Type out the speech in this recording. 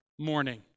morning